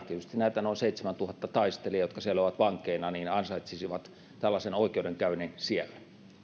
tietysti nämä noin seitsemäntuhatta taistelijaa jotka siellä ovat vankeina ansaitsisivat tällaisen oikeudenkäynnin siellä